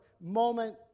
moment